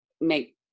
make